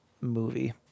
Movie